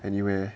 anywhere